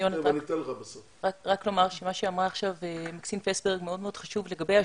רק לומר שמה שאמרה עכשיו מקסין פסברג מאוד מאוד חשוב לגבי השותפות.